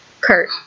Kurt